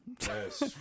Yes